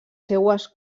seues